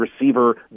receiver